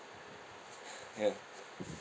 ya